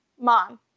Mom